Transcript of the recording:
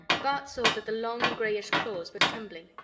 bart saw that the long grayish claws were trembling.